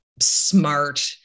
smart